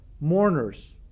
mourners